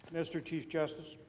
mr. chief justice.